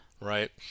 right